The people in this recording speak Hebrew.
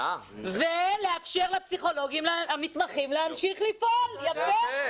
ולאפשר לפסיכולוגים המתמחים להמשיך לפעול - יפה,